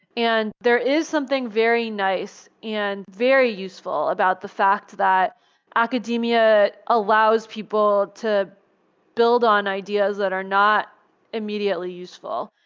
and there is something very nice and very useful about the fact that academia allows people to build on ideas that are not immediately useful,